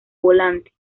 volante